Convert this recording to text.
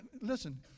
Listen